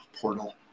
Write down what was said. portal